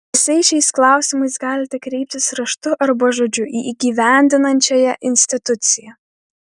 visais šiais klausimais galite kreiptis raštu arba žodžiu į įgyvendinančiąją instituciją